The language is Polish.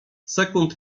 sekund